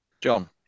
John